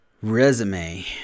resume